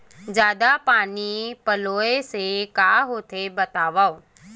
जादा पानी पलोय से का होथे बतावव?